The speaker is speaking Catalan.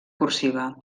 cursiva